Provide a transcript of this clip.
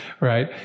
right